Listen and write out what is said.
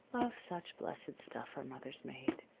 of such blessed stuff are mothers made.